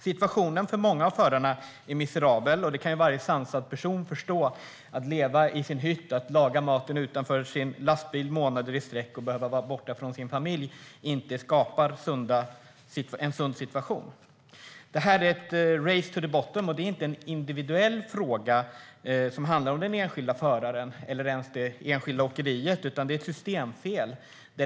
Situationen är miserabel för många av förarna, och det kan varje sansad person förstå. Att leva i sin hytt månader i sträck, laga maten utanför sin lastbil och behöva vara borta från sin familj skapar inte en sund situation. Det här är ett "race to the bottom". Det är inte en individuell fråga som handlar om den enskilda föraren eller ens det enskilda åkeriet, utan det är ett systemfel.